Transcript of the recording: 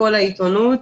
בכל העיתונות